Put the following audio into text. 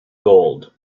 gold